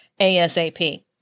ASAP